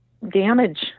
damage